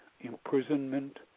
imprisonment